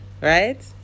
right